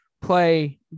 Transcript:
play